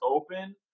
open